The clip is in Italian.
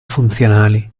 funzionali